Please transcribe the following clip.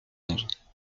onze